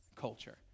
culture